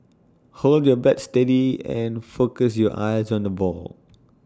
hold your bat steady and focus your eyes on the ball